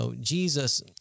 Jesus